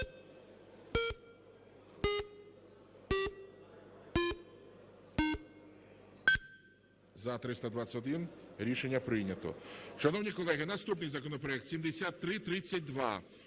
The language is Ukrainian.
За-320 Рішення прийнято. Шановні колеги, наступний законопроект 7367,